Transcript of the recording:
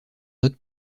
note